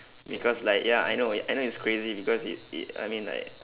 because like ya I know I know it's crazy because it it I mean like